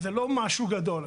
וזה לא משהו גדול.